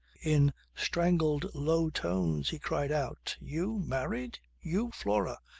in strangled low tones he cried out, you married? you, flora!